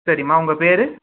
சரிம்மா உங்கள் பெயரு